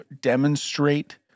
demonstrate